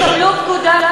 הם יקבלו פקודה,